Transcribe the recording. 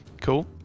Cool